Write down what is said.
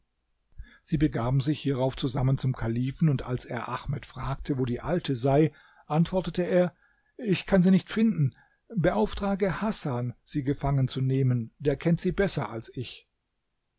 sie begaben sich hierauf zusammen zum kalifen und als er ahmed fragte wo die alte sei antwortete er ich kann sie nicht finden beauftrage hasan sie gefangenzunehmen der kennt sie besser als ich